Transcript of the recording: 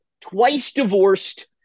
twice-divorced